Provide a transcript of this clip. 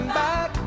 back